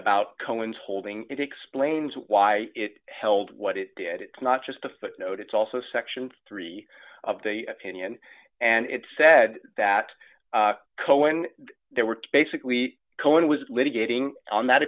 about cohen's holding it explains why it held what it did it's not just a footnote it's also section three of the opinion and it said that cohen there were basically cohen was litigating on that